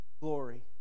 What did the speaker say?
glory